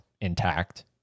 intact